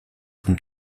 und